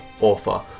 author